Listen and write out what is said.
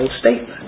statement